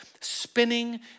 spinning